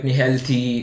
healthy